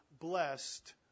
blessed